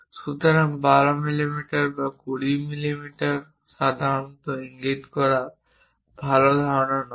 সুতরাং 12 মিমি বা 20 মিমি সাধারণত ইঙ্গিত করা ভাল ধারণা নয়